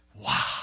Wow